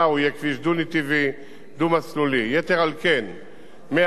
יתר על כן, מערד עד שוקת כביש 31 מבוצע.